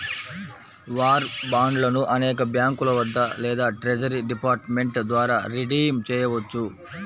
war బాండ్లను అనేక బ్యాంకుల వద్ద లేదా ట్రెజరీ డిపార్ట్మెంట్ ద్వారా రిడీమ్ చేయవచ్చు